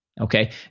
Okay